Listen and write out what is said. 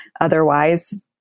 Otherwise